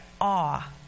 awe